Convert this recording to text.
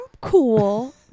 cool